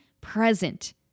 present